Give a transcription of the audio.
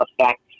affect